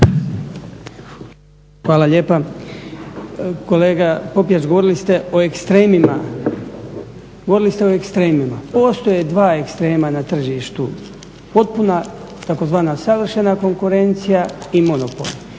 govorili ste o ekstremima, govorili ste o ekstremima. Postoje dva ekstrema na tržištu, potpuna takozvana savršena konkurencija i monopol.